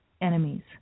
Enemies